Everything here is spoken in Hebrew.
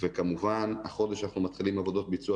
וכמובן החודש אנחנו מתחילים עבודות ביצוע